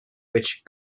which